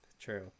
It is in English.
true